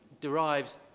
derives